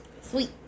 Sweet